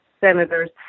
senators